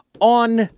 on